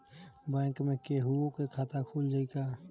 Bank में केहूओ के खाता खुल जाई का?